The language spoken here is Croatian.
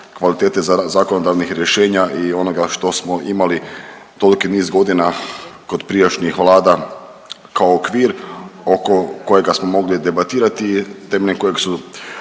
kvalitete zakonodavnih rješenja i onoga što smo imali toliki niz godina kod prijašnjih vlada kao okvir oko kojega smo mogli debatirati i temeljem kojeg su